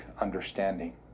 understanding